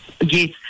Yes